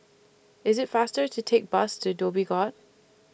IT IS faster to Take Bus to Dhoby Ghaut